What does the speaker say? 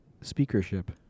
speakership